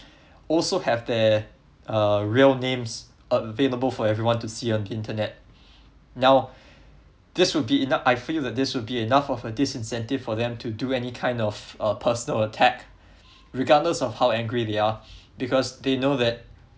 also have their uh real names available for everyone to see on the internet now this would be enough I feel this would be enough of a disincentive for them to do any kind of uh personal attack regardless of how angry they are because they know that